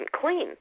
clean